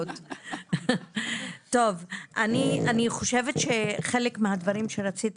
אני חושבת שהנתון הזה שקיבלתי